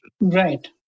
right